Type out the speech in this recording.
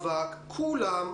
לאבטלה, כדי לשמור על הבריאות.